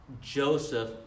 Joseph